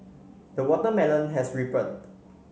the watermelon has ripened